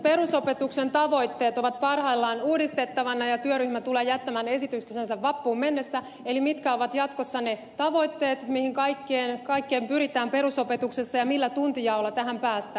perusopetuksen tavoitteet ovat parhaillaan uudistettavina ja työryhmä tulee jättämään esityksensä vappuun mennessä mitkä ovat jatkossa ne tavoitteet mihin kaikkeen pyritään perusopetuksessa ja millä tuntijaolla tähän päästään